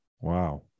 Wow